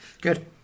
good